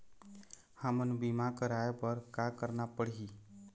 हमन बीमा कराये बर का करना पड़ही?